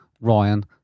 Ryan